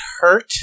hurt